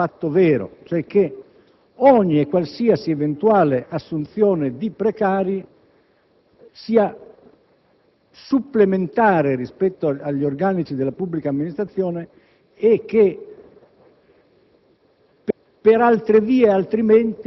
dato per ovvio, che non è affatto vero, cioè che ogni, qualsiasi eventuale assunzione di precari sia supplementare rispetto agli organici della pubblica amministrazione e che